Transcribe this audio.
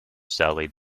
sally